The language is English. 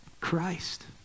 Christ